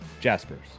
Jaspers